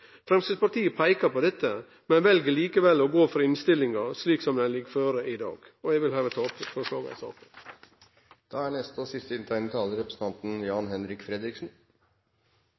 Framstegspartiet peiker på dette, men vel likevel å gå for innstillinga slik den ligg føre i dag. Eg vil med dette anbefale innstillinga i saken. I den store sammenhengen er